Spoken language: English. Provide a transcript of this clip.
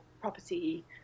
property